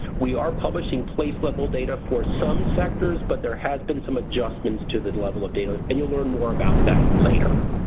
we are publishing place level data for some sectors but there has been some adjustments to the level of daily and you'll learn more about that later.